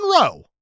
row